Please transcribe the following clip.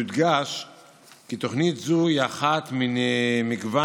יודגש כי תוכנית זו היא אחת ממגוון